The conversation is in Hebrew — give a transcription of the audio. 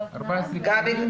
או.קיי.